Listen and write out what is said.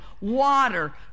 water